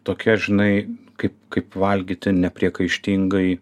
tokia žinai kaip kaip valgyti nepriekaištingai